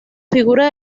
figura